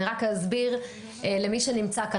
אני רק אסביר למי שנמצא כאן.